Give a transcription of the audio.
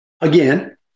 again